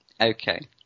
Okay